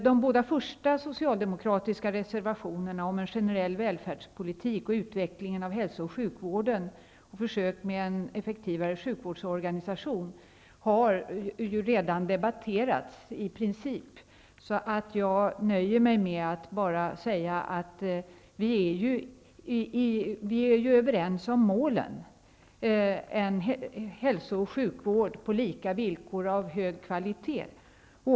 De båda första socialdemokratiska reservationerna, om en generell välfärdspolitik, utveckling av hälso och sjukvården och försök med en effektivare sjukvårdsorganisation har redan debatterats i princip. Jag nöjer mig med att bara säga att vi är överens om målen, en hälso och sjukvård på lika villkor och av hög kvalitet.